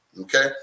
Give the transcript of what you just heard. Okay